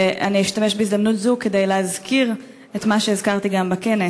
ואשתמש בהזדמנות זו כדי להזכיר את מה שהזכרתי גם בכנס.